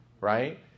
right